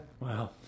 Wow